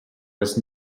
was